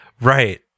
Right